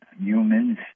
humans